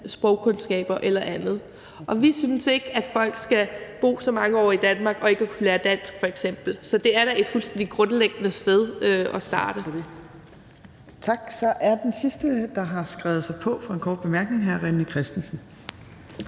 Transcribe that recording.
sprogkundskaber eller andet. Vi synes ikke, at folk skal bo så mange år i Danmark og f.eks. ikke lære dansk, så det er da et fuldstændig grundlæggende sted at starte. Kl. 11:59 Fjerde næstformand (Trine Torp): Tak. Så er den sidste, der har skrevet sig på for en kort bemærkning, hr. René Christensen.